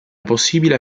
possibile